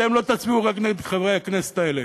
אתם לא תצביעו רק נגד חברי הכנסת האלה.